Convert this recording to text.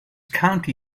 county